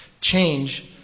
change